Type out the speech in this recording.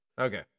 Okay